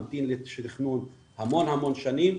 ממתין שתכנון המון המון שנים,